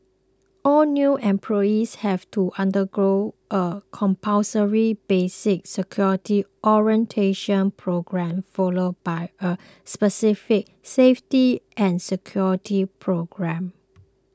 all new employees have to undergo a compulsory basic security orientation programme followed by a specific safety and security programme